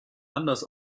anders